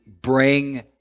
bring